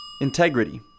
Integrity